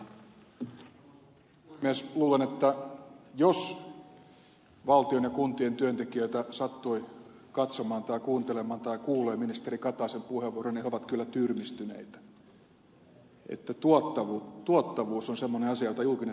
luulen että jos valtion ja kuntien työntekijöitä sattui katsomaan tai kuuntelemaan tai kuulee ministeri kataisen puheenvuoron niin he ovat kyllä tyrmistyneitä että tuottavuus on semmoinen asia jota julkinen sektori ei tunne